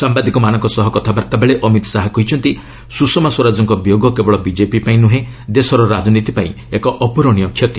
ସାମ୍ବାଦିକମାନଙ୍କ ସହ କଥାବାର୍ତ୍ତା ବେଳେ ଅମିତ ଶାହା କହିଛନ୍ତି ସୁଷମା ସ୍ୱରାଜଙ୍କ ବିୟୋଗ କେବଳ ବିଜେପି ପାଇଁ ନୁହେଁ ଦେଶର ରାଜନୀତି ପାଇଁ ଏକ ଅପୂରଣୀୟ କ୍ଷତି